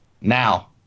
Now